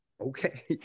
Okay